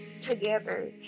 together